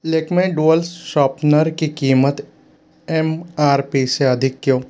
Lakme dual sharpener की कीमत M R P से अधिक क्यों